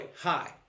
hi